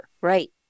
Right